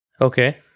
Okay